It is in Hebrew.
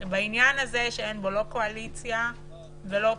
שבעניין הזה, שאין בו לא קואליציה ולא אופוזיציה,